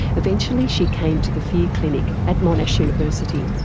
eventually she came to the fear clinic at monash university.